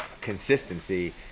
Consistency